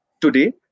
Today